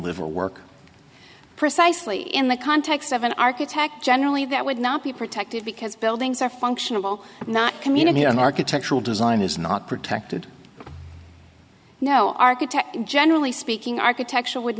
live or work precisely in the context of an architect generally that would not be protected because buildings are functional not community and architectural design is not protected no architect generally speaking architecture would